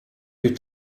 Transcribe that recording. più